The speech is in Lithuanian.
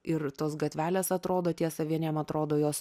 ir tos gatvelės atrodo tiesa vieniem atrodo jos